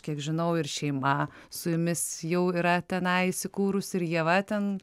kiek žinau ir šeima su jumis jau yra tenai įsikūrus ir ieva ten